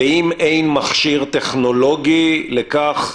"ואם אין מכשיר טכנולוגי -- -לכך".